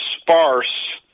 sparse